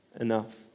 enough